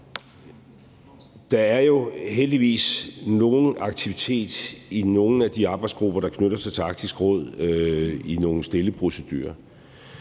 Der er heldigvis nogen aktivitet i nogle af de arbejdsgrupper, der knytter sig til Arktisk Råd, i nogle stille procedurer,